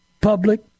public